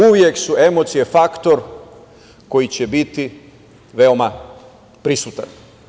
Uvek su emocije faktor koji će biti veoma prisutan.